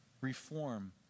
reform